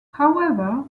however